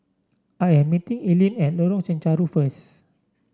I am meeting Ellyn at Lorong Chencharu first